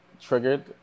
triggered